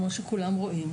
כמו שכולם רואים,